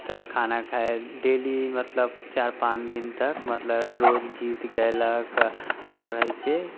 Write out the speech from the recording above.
तऽ खाना खाय डेली मतलब चारि पाँच दिन तक मतलब रोज गीत गैलक आओर अइसे